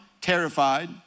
terrified